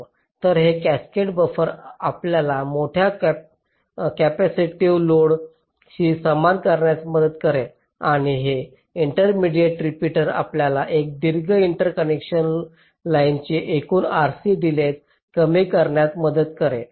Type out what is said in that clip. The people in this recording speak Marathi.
तर हे कॅस्केड बफर आपल्याला मोठ्या कॅपेसिटिव्ह लोडशी सामना करण्यास मदत करेल आणि हे इंटरमीडिएट रिपीटर आपल्याला या दीर्घ इंटरकनेक्शन लाइनचे एकूण RC डिलेज कमी करण्यात मदत करेल